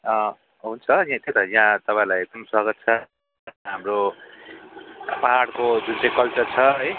अँ हुन्छ यहाँ के त यहाँ तपाईँहरूलाई एकदम स्वागत छ हाम्रो पाहाडको जुन चाहिँ कल्चर छ है